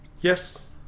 Yes